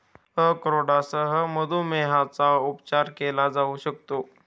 अक्रोडसह मधुमेहाचा उपचार केला जाऊ शकतो